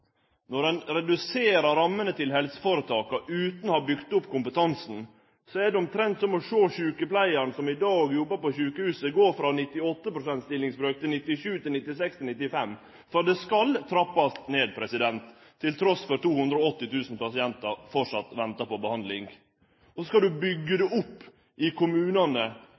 Når ein reduserer rammene til helseføretaka utan å ha bygd opp kompetansen, er det omtrent som å sjå sjukepleiaren som i dag jobbar på sjukehuset, gå frå ein 98 pst. stillingsbrøk til 97 pst., til 96 pst. osb. Det skal trappast ned trass i at 280 000 pasientar framleis ventar på behandling. Så skal ein byggje det opp i kommunane